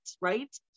right